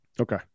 Okay